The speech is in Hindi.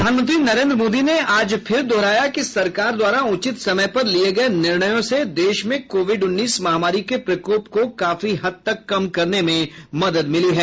प्रधानमंत्री नरेंद्र मोदी ने आज फिर दोहराया कि सरकार द्वारा उचित समय पर लिए गये निर्णयों से देश में कोविड उन्नीस महामारी के प्रकोप को काफी हद तक कम करने में मदद मिली है